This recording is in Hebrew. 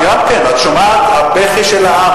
כן, את גם כן, את שומעת הבכי של העם.